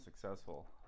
successful